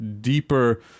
deeper